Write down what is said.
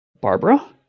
barbara